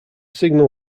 signal